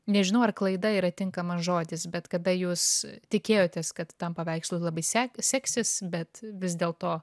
nežinau ar klaida yra tinkamas žodis bet kada jūs tikėjotės kad tam paveikslui labai sek seksis bet vis dėl to